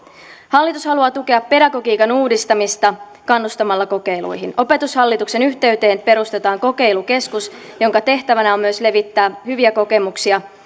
hallitus haluaa tukea pedagogiikan uudistamista kannustamalla kokeiluihin opetushallituksen yhteyteen perustetaan kokeilukeskus jonka tehtävänä on myös levittää hyviä kokemuksia